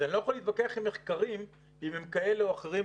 אני לא יכול להתווכח עם מחקרים אם הם כאלה או אחרים,